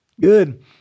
Good